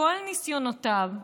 כל ניסיונותיו,